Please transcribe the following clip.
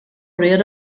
rare